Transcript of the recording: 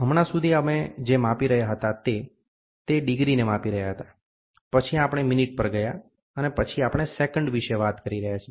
હમણાં સુધી અમે જે માપી રહ્યા હતા તે તે ડિગ્રીને માપી રહ્યા હતા પછી આપણે મિનિટ પર ગયા અને પછી આપણે સેક્ન્ડ વિશે વાત કરી રહ્યા છીએ